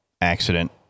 accident